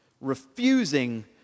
Refusing